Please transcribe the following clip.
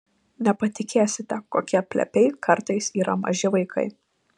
nepatikėsite kokie plepiai kartais yra maži vaikai